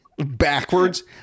Backwards